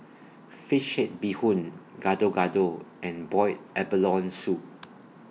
Fish Head Bee Hoon Gado Gado and boiled abalone Soup